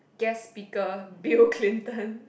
guest speaker Bill Clinton